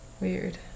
Weird